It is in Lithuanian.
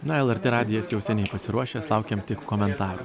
na lrt radijas jau seniai pasiruošęs laukiam tik komentarų